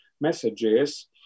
messages